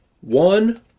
one